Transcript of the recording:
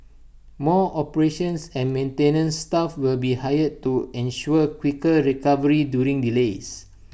more operations and maintenance staff will be hired to ensure quicker recovery during delays